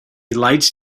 lights